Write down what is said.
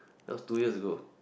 that was two years ago